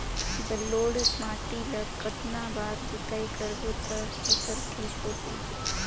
जलोढ़ माटी ला कतना बार जुताई करबो ता फसल ठीक होती?